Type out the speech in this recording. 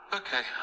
okay